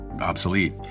obsolete